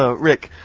ah rick,